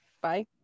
bye